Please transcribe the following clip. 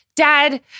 Dad